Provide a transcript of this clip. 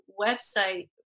website